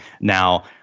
now